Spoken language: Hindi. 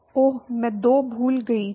ओह मैं 2 भूल गया था